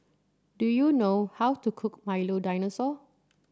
do you know how to cook Milo Dinosaur